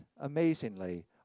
amazingly